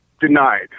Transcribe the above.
denied